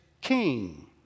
king